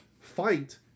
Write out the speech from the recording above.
fight